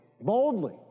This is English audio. boldly